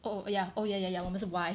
oh oh ya oh ya ya ya 我们是 Y